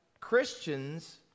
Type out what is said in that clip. Christians